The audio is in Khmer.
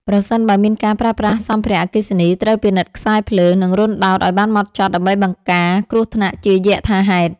ប្រសិនបើមានការប្រើប្រាស់សម្ភារៈអគ្គិសនី ត្រូវពិនិត្យខ្សែភ្លើង និងរន្ធដោតឱ្យបានហ្មត់ចត់ដើម្បីបង្ការគ្រោះថ្នាក់ជាយថាហេតុ។